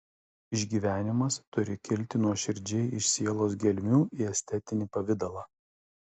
išgyvenimas turi kilti nuoširdžiai iš sielos gelmių į estetinį pavidalą